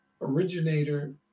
originator